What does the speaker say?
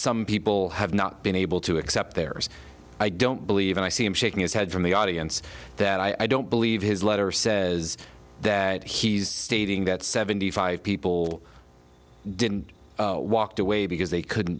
some people have not been able to accept there's i don't believe and i see him shaking his head from the audience that i don't believe his letter says that he's stating that seventy five people did and walked away because they couldn't